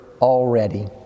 already